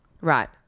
Right